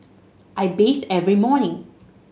I bathe every morning